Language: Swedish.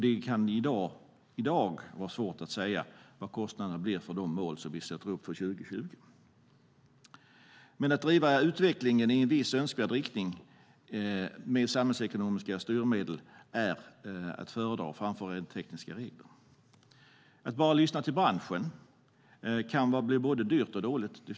Det kan i dag vara svårt att säga vad kostnaden blir för de mål som sätts upp för 2020. Att driva utvecklingen i en viss önskvärd riktning med hjälp av samhällsekonomiska styrmedel är att föredra framför rent tekniska regler. Att bara lyssna till branschen kan bli både dyrt och dåligt.